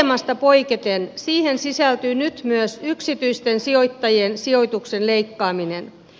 aiemmasta poiketen siihen sisältyy nyt myös yksityisten sijoittajien sijoituksen leikkaaminen